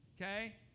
Okay